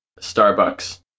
Starbucks